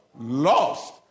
Lost